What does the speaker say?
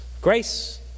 grace